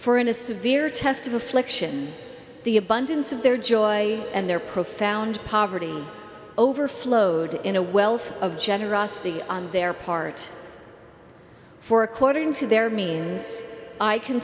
for in a severe test of affliction the abundance of their joy and their profound poverty overflowed in a wealth of generosity on their part for according to their means i can